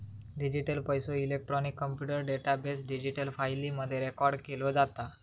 digital पैसो, electronic computer database, digital फाईली मध्ये रेकॉर्ड केलो जाता